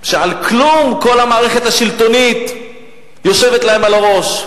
שעל כלום כל המערכת השלטונית יושבת להם על הראש,